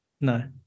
No